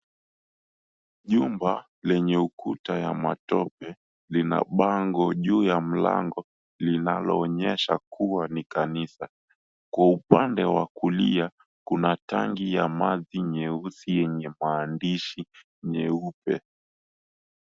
Jumba lenye ukuta wa matope lina bango juu ya mlango linaloonyesha kuwa ni kanisa. Kwa upande wa kulia kuna tangi ya maji nyeusi yenye maandishi nyeupe.